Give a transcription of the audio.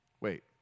Wait